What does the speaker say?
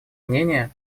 мнения